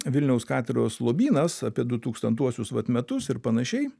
vilniaus katedros lobynas apie du tūkstantuosius vat metus ir panašiai